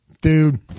Dude